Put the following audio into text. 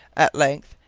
at length,